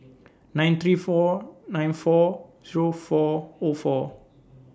nine three four nine four three four O four